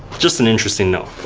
just an interesting note.